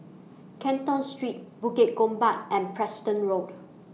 Canton Street Bukit Gombak and Preston Road